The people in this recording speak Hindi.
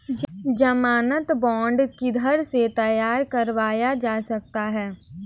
ज़मानत बॉन्ड किधर से तैयार करवाया जा सकता है?